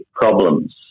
problems